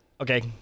okay